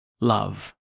love